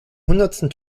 hundertsten